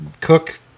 cook